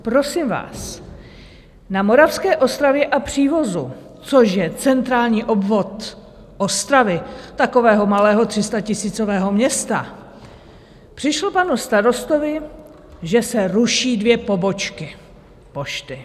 Prosím vás, na Moravské Ostravě a Přívozu, což je centrální obvod Ostravy, takového malého 300tisícového města, přišlo panu starostovi, že se ruší dvě pobočky pošty.